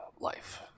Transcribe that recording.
life